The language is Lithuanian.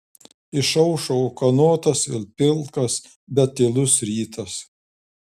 išaušo ūkanotas ir pilkas bet tylus rytas